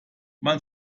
man